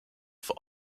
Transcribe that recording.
for